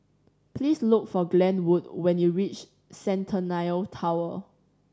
please look for Glenwood when you reach Centennial Tower